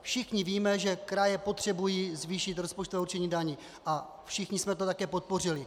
Všichni víme, že kraje potřebují zvýšit rozpočtové určení daní, a všichni jsme to také podpořili.